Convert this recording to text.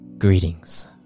Greetings